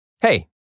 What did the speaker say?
Hey